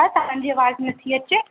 हा तव्हांजी आवाज़ नथी अचे